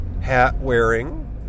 hat-wearing